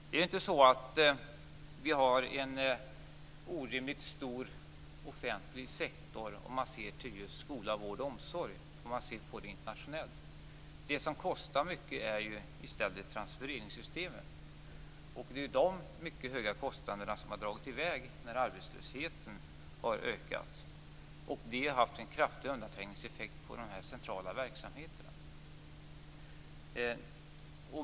Det är inte så att vi har en orimligt stor offentlig sektor inom skola, vård och omsorg, om man ser på det internationellt. Det som kostar mycket är i stället transfereringssystemet. Det är de kostnaderna som har dragit i väg när arbetslösheten har ökat, och det har haft en kraftig undanträngningseffekt på de här centrala verksamheterna.